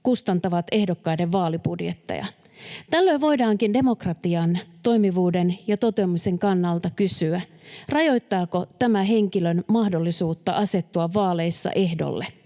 kustantavat ehdokkaiden vaalibudjetteja. Tällöin voidaankin demokratian toimivuuden ja toteutumisen kannalta kysyä, rajoittaako tämä henkilön mahdollisuutta asettua vaaleissa ehdolle.